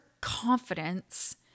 confidence